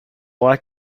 like